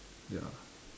ya